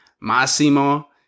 Massimo